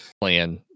plan